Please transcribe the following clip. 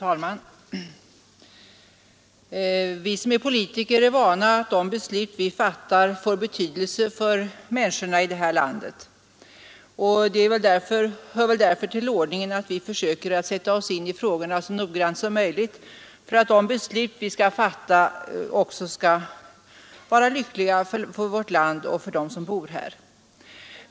Fru talman! Vi politiker är vana vid att de beslut vi fattar får betydelse för människorna i detta land. Det hör väl därför till ordningen att vi försöker att så noggrant som möjligt sätta oss in i frågorna för att de beslut vi fattar skall bli lyckliga för vårt land och dem som bor här.